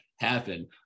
happen